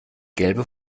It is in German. gelbe